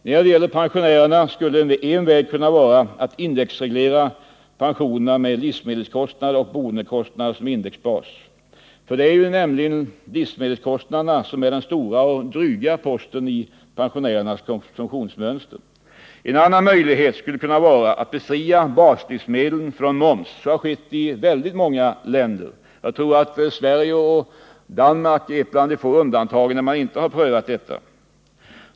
När det gäller pensionärerna skulle en väg kunna vara att indexreglera pensionerna med livsmedelskostnaderna och boendekostnaderna som indexbas. Det är nämligen livsmedelskostnaderna som är den stora och dryga posten i pensionärernas konsumtionsmönster. En annan möjlighet skulle vara att befria baslivsmedlen från moms. Så har skett i många länder. Jag tror att Sverige och Danmark är några av de få länder där man inte prövat detta.